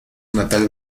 natal